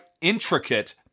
intricate